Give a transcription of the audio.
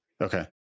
Okay